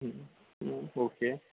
okay